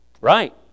Right